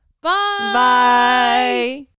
Bye